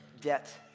debt